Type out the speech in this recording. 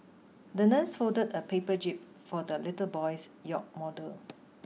the nurse folded a paper jib for the little boy's yacht model